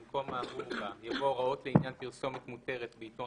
במקום האמור בה יבוא "הוראות לעניין פרסומת מותרת בעיתון